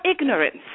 ignorance